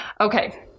Okay